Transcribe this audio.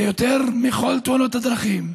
זה יותר מכל תאונות הדרכים,